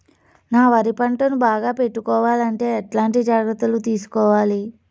నా వరి పంటను బాగా పెట్టుకోవాలంటే ఎట్లాంటి జాగ్రత్త లు తీసుకోవాలి?